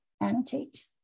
annotate